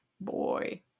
Boy